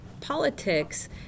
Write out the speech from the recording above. politics